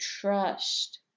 trust